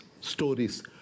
stories